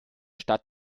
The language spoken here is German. stadt